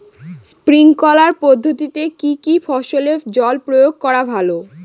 Sprinkler পদ্ধতিতে কি কী ফসলে জল প্রয়োগ করা ভালো?